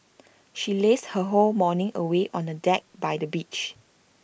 she lazed her whole morning away on A deck by the beach